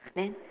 then